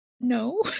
No